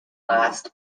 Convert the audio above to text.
last